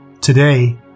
today